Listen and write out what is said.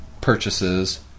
purchases